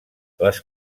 les